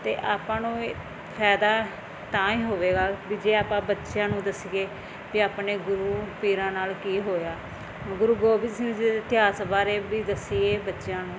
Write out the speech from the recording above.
ਅਤੇ ਆਪਾਂ ਨੂੰ ਵੀ ਫਾਇਦਾ ਤਾਂ ਹੀ ਹੋਵੇਗਾ ਵੀ ਜੇ ਆਪਾਂ ਬੱਚਿਆਂ ਨੂੰ ਦੱਸੀਏ ਅਤੇ ਆਪਣੇ ਗੁਰੂ ਪੀਰਾਂ ਨਾਲ ਕੀ ਹੋਇਆ ਗੁਰੂ ਗੋਬਿੰਦ ਸਿੰਘ ਜੀ ਦੇ ਇਤਿਹਾਸ ਬਾਰੇ ਵੀ ਦੱਸੀਏ ਬੱਚਿਆਂ ਨੂੰ